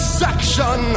section